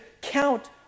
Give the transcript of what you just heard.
count